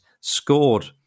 scored